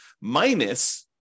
minus